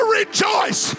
rejoice